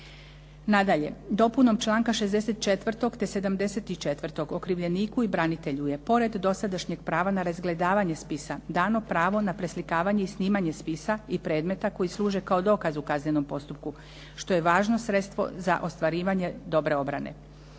Nadalje, dopunom članka 64. te 74. okrivljeniku i branitelju je pored dosadašnjeg prava na razgledavanje spisa dano pravo na preslikavanje i snimanje spisa i predmeta koji služe kao dokaz u kaznenom postupku što je važno sredstvo za ostvarivanje dobre obrane.